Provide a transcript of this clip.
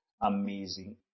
Amazing